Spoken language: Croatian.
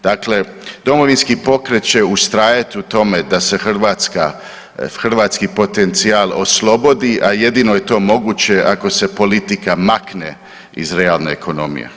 Dakle, Domovinski pokret će ustrajati u tome da se hrvatski potencijal oslobodi, a jedino je to moguće ako se politika makne iz realne ekonomije.